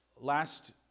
last